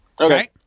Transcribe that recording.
Okay